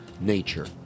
nature